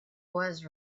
was